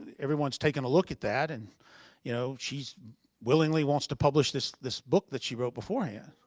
everyone's taking a look at that. and you know she's willingly wants to publish this this book that she wrote beforehand.